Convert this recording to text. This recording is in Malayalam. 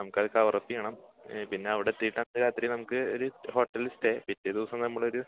നമുക്കത് കവറപ്പ് ചെയ്യണം പിന്നവിടെ എത്തിയിട്ട് അന്ന് രാത്രി നമ്മുക്ക് ഒരു ഹോട്ടലിൽ സ്റ്റേ പിറ്റേദിവസം നമ്മളൊരു